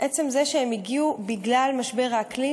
עצם זה שהם הגיעו בגלל משבר האקלים,